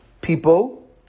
people